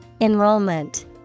Enrollment